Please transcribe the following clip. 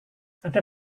ada